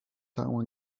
town